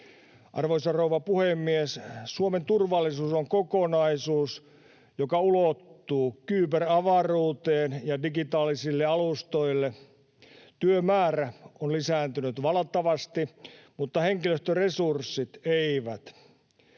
Arvoisa rouva puhemies! Suomen turvallisuus on kokonaisuus, joka ulottuu kyberavaruuteen ja digitaalisille alustoille. Työmäärä on lisääntynyt valtavasti mutta henkilöstöresurssit eivät.